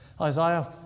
Isaiah